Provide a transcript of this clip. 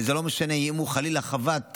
וזה לא משנה אם הוא חווה חלילה טראומה